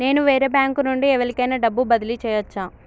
నేను వేరే బ్యాంకు నుండి ఎవలికైనా డబ్బు బదిలీ చేయచ్చా?